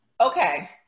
Okay